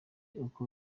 uko